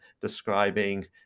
describing